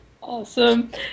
Awesome